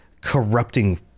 corrupting